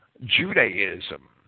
Judaism